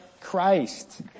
Christ